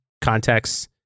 contexts